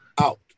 Out